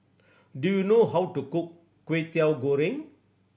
do you know how to cook Kwetiau Goreng